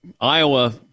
Iowa